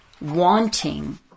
wanting